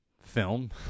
Film